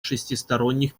шестисторонних